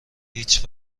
هیچ